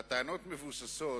והטענות מבוססות,